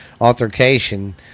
altercation